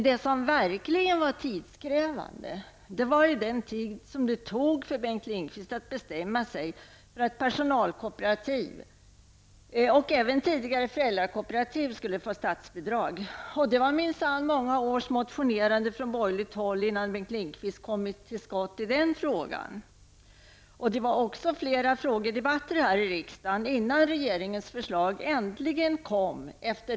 Det som verkligen var tidskrävande var den tid som det tog för Bengt Lindqvist att bestämma sig för att personalkooperativ och även tidigare föräldrakooperativ skulle få statsbidrag. Det var minsann många års motionerande från borgerligt håll innan Bengt Lindqvist kom till skott i den frågan. Det var också flera frågedebatter här i riksdagen innan regeringens förslag äntligen kom.